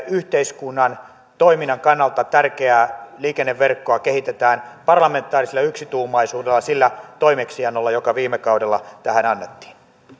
yhteiskunnan toiminnan kannalta tärkeää liikenneverkkoa kehitetään parlamentaarisella yksituumaisuudella sillä toimeksiannolla joka viime kaudella tähän annettiin